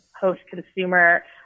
post-consumer